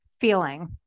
feeling